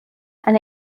and